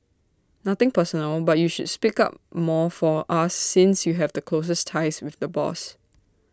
nothing personal but you should speak up more for us since you have the closest ties with the boss